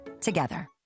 together